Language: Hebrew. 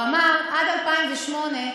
הוא אמר: עד 2008,